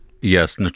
Yes